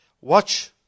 Watch